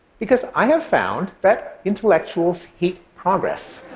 because i have found that intellectuals hate progress.